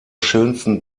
schönsten